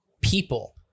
people